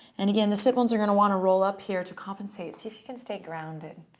and again, the sit bones are going to want to roll up here to compensate. see if you can stay grounded.